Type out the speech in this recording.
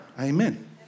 Amen